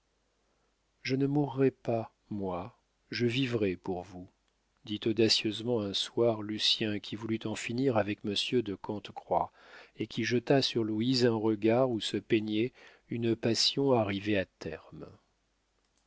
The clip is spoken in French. je ne mourrai pas moi je vivrai pour vous dit audacieusement un soir lucien qui voulut en finir avec monsieur de cante croix et qui jeta sur louise un regard où se peignait une passion arrivée à terme